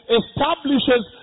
establishes